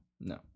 no